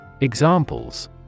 Examples